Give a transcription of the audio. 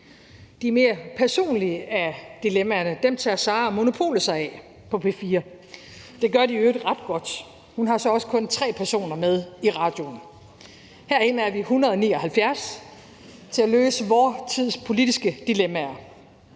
De mere personlige af dilemmaerne tager »Sara & Monopolet« sig af på P4. Det gør de i øvrigt ret godt. Hun har så også kun tre personer med i radioen. Herinde er vi 179 til at løse vor tids politiske dilemmaer.